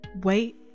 wait